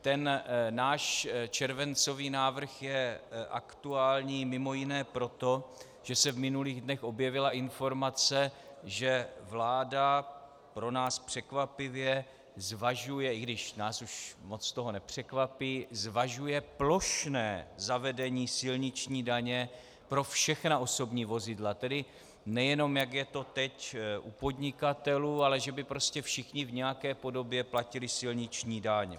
Ten náš červencový návrh je aktuální mj. proto, že se v minulých dnech objevila informace, že vláda pro nás překvapivě i když nás už toho moc nepřekvapí zvažuje plošné zavedení silniční daně pro všechna osobní vozidla, tedy nejenom jak je to teď u podnikatelů, ale že by prostě všichni v nějaké podobě platili silniční daň.